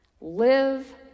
Live